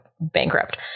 bankrupt